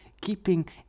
keeping